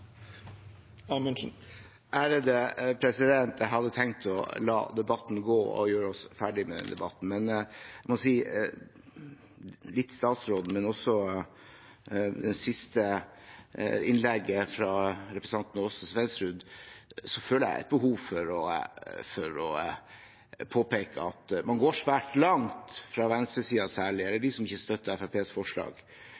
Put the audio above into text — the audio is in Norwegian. Jeg hadde tenkt å la debatten gå og gjøre oss ferdige med debatten, men jeg må si noe, og det er litt til statsråden, men også til det siste innlegget, fra representanten Aasen-Svensrud. Jeg føler et behov for å påpeke at man går svært langt – fra venstresiden, særlig, eller